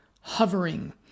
hovering